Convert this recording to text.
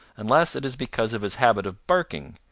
unless it is because of his habit of barking,